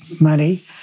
money